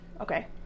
okay